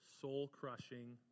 soul-crushing